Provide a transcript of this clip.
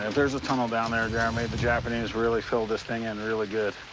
and there's a tunnel down there, jeremy, the japanese really filled this thing in really good.